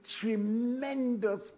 tremendous